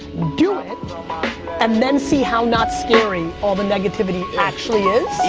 do it and then see how not scary all the negativity actually is.